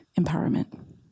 empowerment